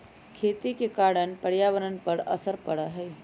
खेती के कारण पर्यावरण पर असर पड़ा हई